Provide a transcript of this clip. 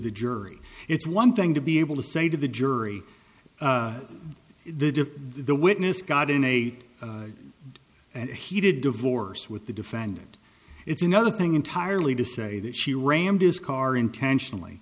the jury it's one thing to be able to say to the jury the the witness got in eight and he did divorce with the defendant it's another thing entirely to say that she rammed his car intentionally